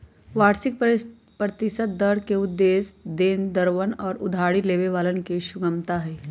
वार्षिक प्रतिशत दर के उद्देश्य देनदरवन और उधारी लेवे वालन के सुगमता हई